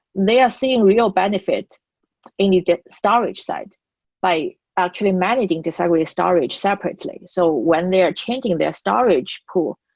they are seeing real benefit when you get storage side by actually managing disaggregated storage separately. so when they are changing their storage pool,